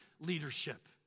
leadership